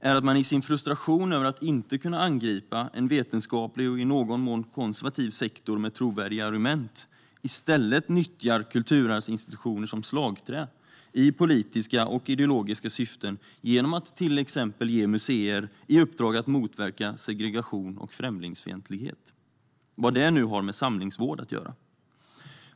är att man, i sin frustration över att inte kunna angripa en vetenskaplig och i någon mån konservativ sektor med trovärdiga argument, i stället nyttjar kulturarvsinstitutioner som slagträ i politiska och ideologiska syften, genom att till exempel ge museer i uppdrag att motverka segregation och främlingsfientlighet - vad det nu har med samlingsvård att göra.